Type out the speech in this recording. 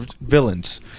villains